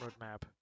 roadmap